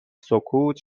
سکوت